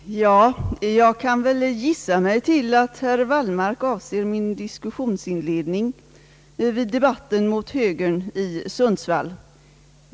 Herr talman! Jag kan gissa mig till att herr Wallmark avser min diskussionsinledning vid debatten mot högern i Sundsvall.